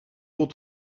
autres